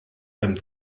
beim